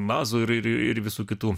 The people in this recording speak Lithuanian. mazų ir ir visų kitų